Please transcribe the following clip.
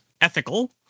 ethical